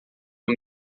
uma